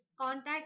contact